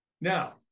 Now